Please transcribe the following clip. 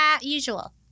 usual